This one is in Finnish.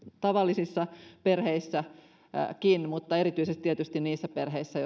tavallisissakin perheissä mutta erityisesti tietysti niissä perheissä